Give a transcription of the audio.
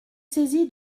saisi